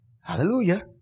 Hallelujah